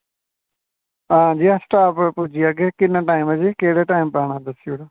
आं जी अस टाईम उप्पर पुज्जी जाह्गे आं जी केह्ड़े टाईम उप्पर पुज्जी जाना